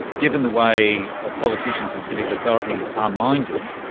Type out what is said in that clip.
given the way ah politicians and civic authorities are minded,